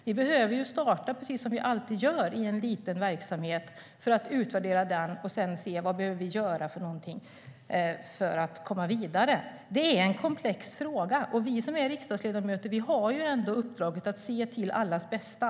Vi behöver starta precis som vi alltid gör, med en liten verksamhet för att utvärdera den och sedan se vad vi behöver göra för att komma vidare. Det är en komplex fråga. Och vi som är riksdagsledamöter har uppdraget att se till allas bästa.